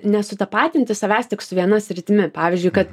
nesutapatinti savęs tik su viena sritimi pavyzdžiui kad